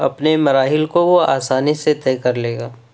اپنے مراحل کو وہ آسانی سے طے کر لے گا